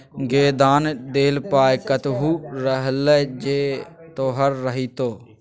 गै दान देल पाय कतहु रहलै जे तोहर रहितौ